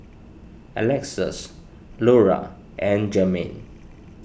Alexus Lura and Jermaine